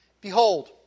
Behold